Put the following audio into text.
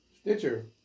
Stitcher